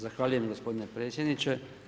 Zahvaljujem gospodine predsjedniče.